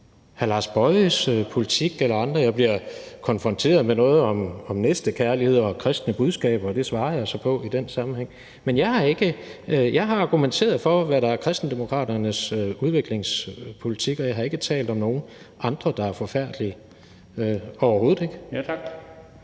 Mathiesens politik eller andres. Jeg bliver konfronteret med noget om næstekærlighed og kristne budskaber, og det svarer jeg så på i den sammenhæng. Jeg har argumenteret for, hvad der er Kristendemokraternes udviklingspolitik, og jeg har ikke talt om nogle andre, der er forfærdelige – overhovedet ikke.